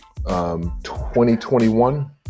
2021